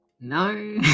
No